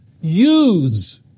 use